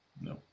No